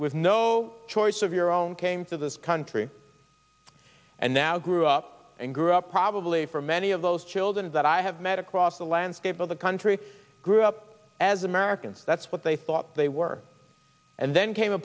with no choice of your own came to this country and now grew up and grew up probably for many of those children that i have met across the landscape of the country grew up as americans that's what they thought they were and then came a